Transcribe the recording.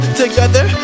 together